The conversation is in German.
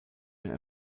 mehr